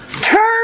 Turn